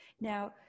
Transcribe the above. Now